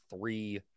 three